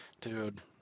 Dude